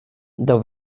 the